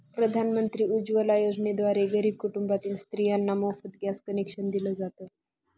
प्रधानमंत्री उज्वला योजनेद्वारे गरीब कुटुंबातील स्त्रियांना मोफत गॅस कनेक्शन दिल जात